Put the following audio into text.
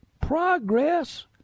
Progress